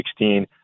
2016